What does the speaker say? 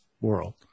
world